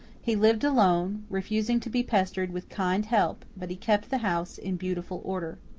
he lived alone, refusing to be pestered with kind help, but he kept the house in beautiful order.